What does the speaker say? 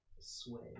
Sway